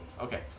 Okay